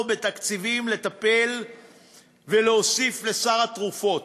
בתקציבים כדי לטפל ולהוסיף לסל התרופות,